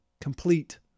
complete